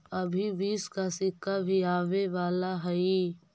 अभी बीस का सिक्का भी आवे वाला हई